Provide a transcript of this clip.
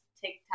TikTok